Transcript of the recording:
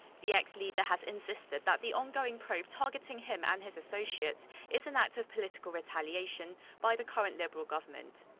the ex-leader has insisted that the ongoing probe targeting him and his associates is an act of political retaliation by the current liberal government.